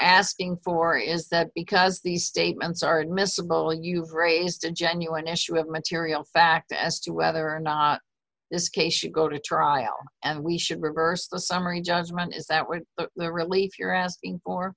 asking for is that because these statements are admissible you have raised a genuine issue of material fact as to whether or not this case should go to trial and we should reverse the summary judgment is that what the relief you're asking for